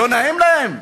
לא נעים להם?